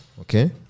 Okay